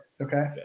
okay